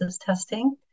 testing